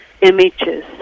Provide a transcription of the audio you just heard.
images